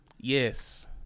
Yes